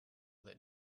that